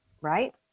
right